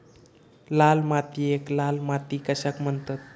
लाल मातीयेक लाल माती कशाक म्हणतत?